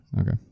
okay